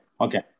Okay